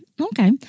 Okay